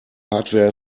hardware